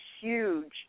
huge